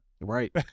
Right